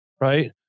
right